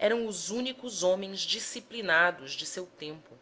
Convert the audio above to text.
eram os únicos homens disciplinados do seu tempo